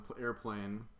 airplane